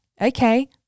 okay